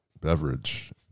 beverage